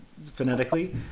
phonetically